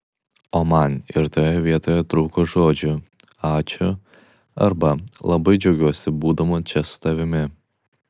o man ir toje vietoje trūko žodžių ačiū arba labai džiaugiuosi būdama čia su tavimi